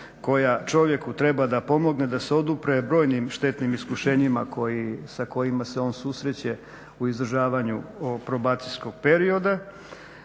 koja čovjeku treba da pomogne da se odupre brojnim štetnim iskušenjima sa kojima se on susreće u izdržavanju probacijskog perioda.